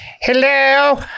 Hello